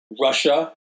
Russia